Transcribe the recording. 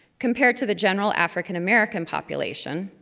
compared to the general african american population,